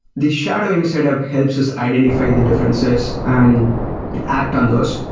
the shadowing setup helps us identify the differences and act on those.